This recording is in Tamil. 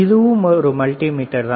இதுவும் ஒரு மல்டிமீட்டர் தான்